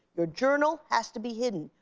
your journal has to be hidden.